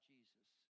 Jesus